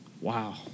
Wow